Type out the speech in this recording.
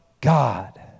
God